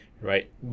right